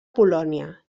polònia